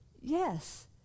yes